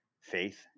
faith